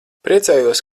priecājos